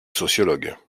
sociologue